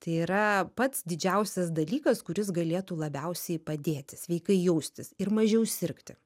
tai yra pats didžiausias dalykas kuris galėtų labiausiai padėti sveikai jaustis ir mažiau sirgti